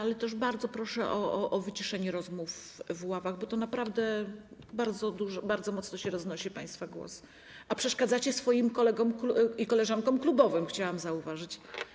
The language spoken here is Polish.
Ale bardzo proszę o wyciszenie rozmów w ławach, bo naprawdę bardzo mocno się roznosi państwa głos, a przeszkadzacie swoim kolegom i koleżankom klubowym, chciałam zauważyć.